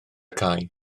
cae